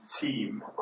team